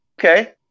Okay